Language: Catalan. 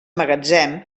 magatzem